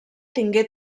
tingué